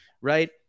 right